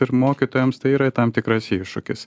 ir mokytojams tai yra tam tikras iššūkis